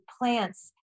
plants